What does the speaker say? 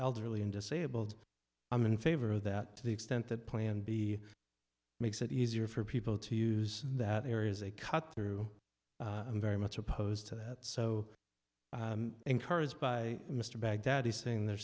elderly and disabled i'm in favor of that to the extent that plan b makes it easier for people to use that area as a cut through i'm very much opposed to that so encouraged by mr baghdadi saying there